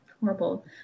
horrible